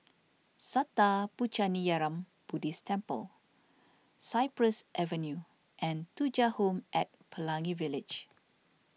Sattha Puchaniyaram Buddhist Temple Cypress Avenue and Thuja Home at Pelangi Village